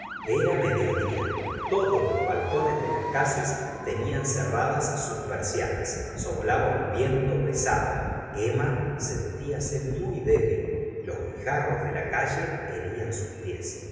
era mediodía todos los balcones de las casas tenían cerradas sus persianas soplaba un viento pesado emma sentíase muy débil los guijarros de la calle herían sus pies